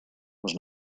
was